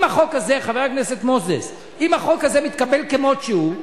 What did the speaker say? אם החוק הזה, חבר הכנסת מוזס, מתקבל כמות שהוא,